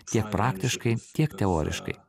tiek praktiškai tiek teoriškai